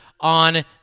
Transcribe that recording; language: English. on